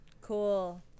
Cool